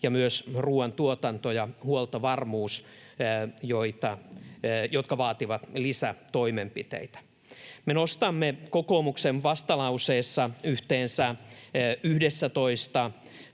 ja myös ruoantuotanto ja huoltovarmuus, jotka vaativat lisätoimenpiteitä. Me nostamme kokoomuksen vastalauseessa yhteensä 11